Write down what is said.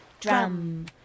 drum